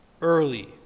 early